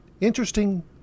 interesting